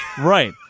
Right